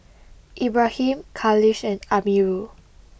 Ibrahim Khalish and Amirul